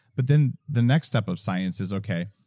but then the next step of science is okay,